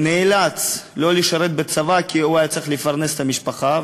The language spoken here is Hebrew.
הוא נאלץ לא לשרת בצבא כי הוא היה צריך לפרנס את המשפחה.